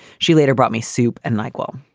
she later brought me soup and nyquil.